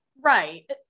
Right